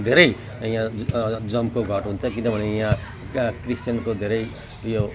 धेरै यहाँ जमघट हुन्छ किनभने यहाँ त्यहाँ क्रिस्चियनको धेरै यो